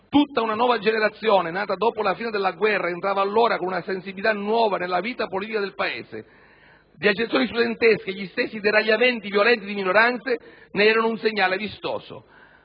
Tutta una nuova generazione, nata dopo la fine della guerra, entrava allora con una sensibilità nuova nella vita politica del Paese: le agitazioni studentesche e gli stessi deragliamenti violenti di minoranze ne erano un segnale vistoso.